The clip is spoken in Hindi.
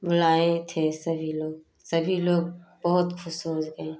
लाए थे सभी लोग सभी लोग बहुत खुश हो गए